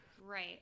Right